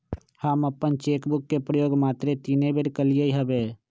हम अप्पन cheque book के प्रयोग मातरे तीने बेर कलियइ हबे